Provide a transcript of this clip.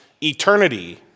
eternity